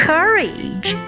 Courage